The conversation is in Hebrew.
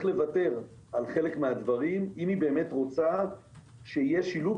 לוותר על חלק מהדברים אם היא באמת רוצה שיהיה שילוב